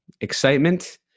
excitement